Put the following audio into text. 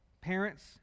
parents